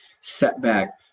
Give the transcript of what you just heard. setback